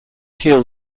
heal